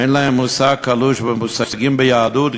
אין להם מושג קלוש במושגים ביהדות,